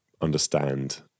understand